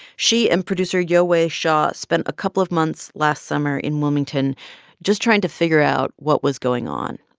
she and producer yowei shaw spent a couple of months last summer in wilmington just trying to figure out what was going on.